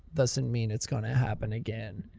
doesn't mean it's gonna happen again.